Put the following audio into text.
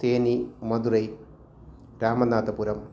तेनि Madurai Ramanathapuram